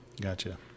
Gotcha